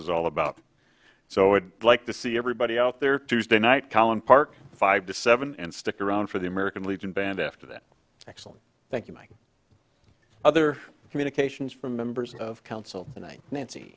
is all about so i'd like to see everybody out there tuesday night collin park five to seven and stick around for the american legion band after that excellent thank you mike other communications from members of council tonight nancy